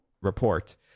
report